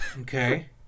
Okay